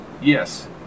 Yes